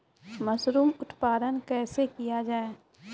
Mushroom उत्पादन कैसे किया जाय?